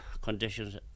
conditions